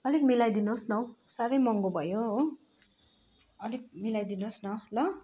अलिक मिलाइदिनुहोस् न हौ साह्रै महँगो भयो हो अलिक मिलाइदिनुहोस् न ल